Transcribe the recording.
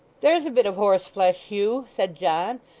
there's a bit of horseflesh, hugh said john,